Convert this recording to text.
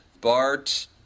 Bart